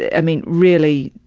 i mean, really,